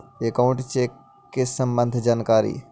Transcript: Account check के सम्बन्ध जानकारी?